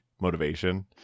motivation